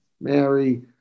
Mary